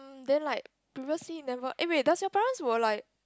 then like previously never eh wait does your parents will like